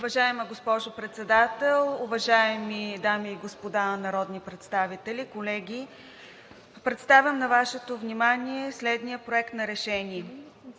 Уважаема госпожо Председател, уважаеми дами и господа народни представители, колеги! Представям на Вашето внимание следния проект на решение: